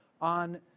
on